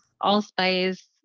allspice